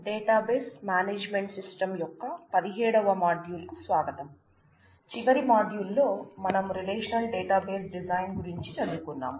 database management system గురించి చదువుకున్నాం